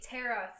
Tara